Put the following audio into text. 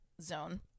zone